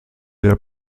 der